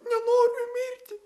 nenoriu mirti